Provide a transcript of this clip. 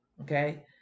Okay